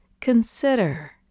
consider